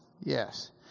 Yes